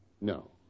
No